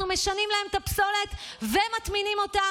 ואנחנו משנעים להם את הפסולת ומטמינים אותה